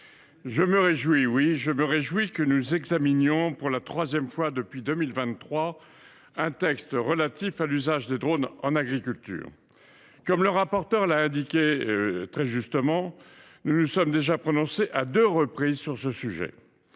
je me réjouis que nous examinions, pour la troisième fois depuis 2023, un texte relatif à l’usage des drones dans l’agriculture. Comme le rapporteur l’a très justement indiqué, nous nous sommes déjà prononcés à deux reprises sur ce sujet